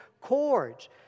chords